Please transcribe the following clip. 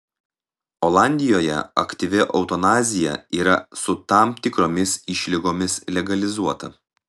olandijoje aktyvi eutanazija yra su tam tikromis išlygomis legalizuota